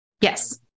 Yes